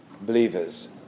believers